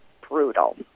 brutal